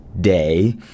day